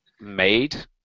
made